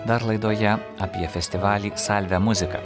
dar laidoje apie festivalį salve muzika